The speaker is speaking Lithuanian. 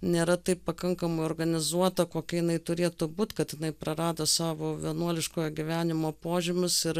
nėra taip pakankamai organizuota kokia jinai turėtų būt kad jinai prarado savo vienuoliškojo gyvenimo požymius ir